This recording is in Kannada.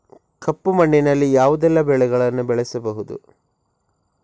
ಕಪ್ಪು ಮಣ್ಣಿನಲ್ಲಿ ಯಾವುದೆಲ್ಲ ಬೆಳೆಗಳನ್ನು ಬೆಳೆಸಬಹುದು?